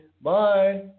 Bye